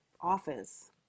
office